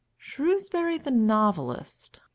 shrewsbury the novelist,